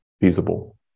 feasible